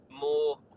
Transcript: more